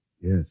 Yes